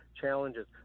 challenges